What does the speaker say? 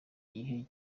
igihe